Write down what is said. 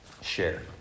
share